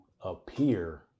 appear